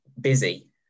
busy